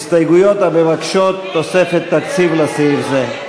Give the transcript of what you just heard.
הסתייגויות המבקשות תוספת תקציב לסעיף זה.